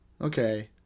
Okay